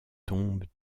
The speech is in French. tombent